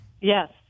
Yes